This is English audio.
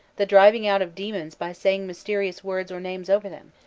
the driving out of demons by saying mysterious words or names over them.